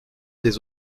des